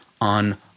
on